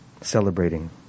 celebrating